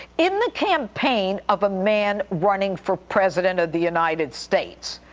in the campaign of a man running for president of the united states.